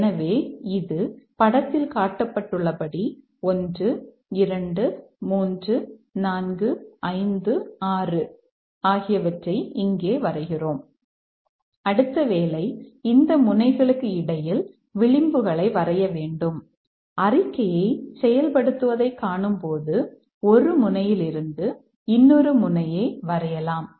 எனவே இது படத்தில் காட்டப்பட்டுள்ளபடி 1 2 3 4 5 6 ஐ இங்கே வரைகிறோம் அடுத்த வேலை இந்த முனைகளுக்கு இடையில் விளிம்புகளை வரைய வேண்டும் அறிக்கையை செயல்படுத்துவதைக் காணும்போது 1 முனையிலிருந்து இன்னொரு முனையை வரையலாம்